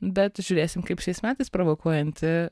bet žiūrėsim kaip šiais metais provokuojanti